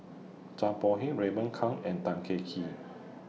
Zhang Bohe Raymond Kang and Tan Kah Kee